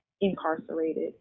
incarcerated